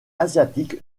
asiatique